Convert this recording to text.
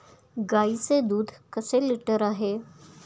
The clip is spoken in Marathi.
गाईचे दूध कसे लिटर आहे?